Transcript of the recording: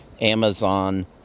Amazon